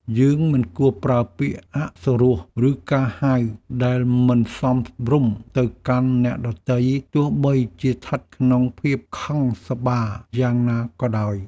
យើងមិនគួរប្រើពាក្យអសុរោះ ឬការហៅដែលមិនសមរម្យទៅកាន់អ្នកដទៃទោះបីជាស្ថិតក្នុងភាពខឹងសម្បារយ៉ាងណាក៏ដោយ។